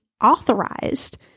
authorized